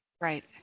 Right